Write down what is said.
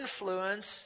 influence